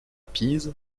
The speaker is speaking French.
pise